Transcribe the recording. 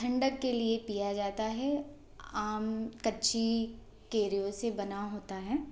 ठंडक के लिए पिया जाता है आम कच्ची केरीयो से बना होता है